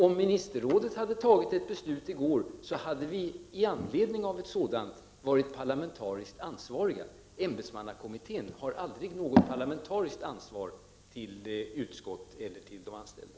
Om ministerrådet hade fattat ett beslut i går, hade vi med anledning av ett sådant varit parlamentariskt ansvariga. Ämbetsmannakommittén har aldrig något parlamentariskt ansvar gentemot utskottet eller de anställda.